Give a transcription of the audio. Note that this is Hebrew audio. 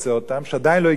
שעדיין לא הגיע זמנן,